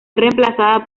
reemplazada